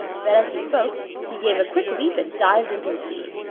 but as he spoke, he gave a quick leap and dived into the sea.